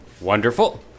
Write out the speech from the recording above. Wonderful